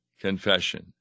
confession